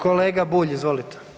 Kolega Bulj, izvolite.